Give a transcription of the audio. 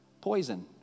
Poison